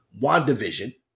WandaVision